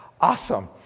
awesome